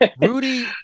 Rudy